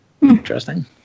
interesting